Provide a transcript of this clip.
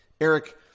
Eric